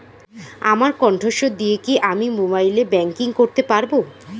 আমার কন্ঠস্বর দিয়ে কি আমি মোবাইলে ব্যাংকিং করতে পারবো?